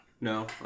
No